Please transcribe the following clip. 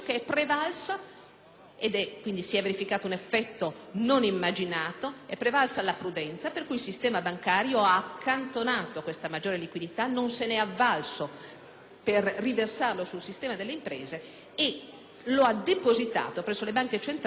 caso si è verificato un effetto non immaginato: è prevalsa la prudenza per cui il sistema bancario ha accantonato la maggiore liquidità e non se ne è avvalso per riversarla sul sistema delle imprese; l'ha depositata presso le banche centrali temendo